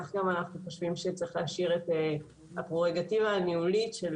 כך גם אנחנו חושבים שצריך להשאיר את הפררוגטיבה הניהולית של